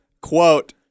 quote